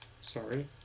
Sorry